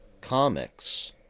comics